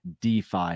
DeFi